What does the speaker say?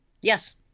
Yes